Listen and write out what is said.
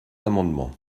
amendements